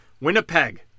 Winnipeg